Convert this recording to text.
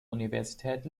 universität